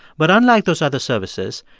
but unlike those other services,